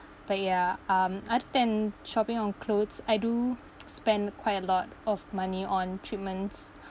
but ya um other than shopping on clothes I do spend quite a lot of money on treatments